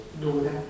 dura